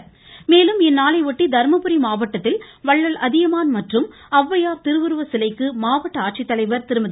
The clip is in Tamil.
கண்ணகி தொடர்ச்சி மேலும் இந்நாளையொட்டி தர்மபுரி மாவட்டத்தில் வள்ளல் அதியமான் மற்றும் ஔவையார் திருவுருச்சிலைக்கு மாவட்ட ஆட்சித்தலைவர் திருமதி